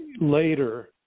later